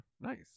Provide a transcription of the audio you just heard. nice